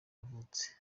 yavutse